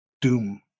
doom